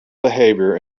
behavior